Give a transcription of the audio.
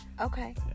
Okay